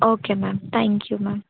okay ma'am thank you ma'am